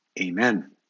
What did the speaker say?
Amen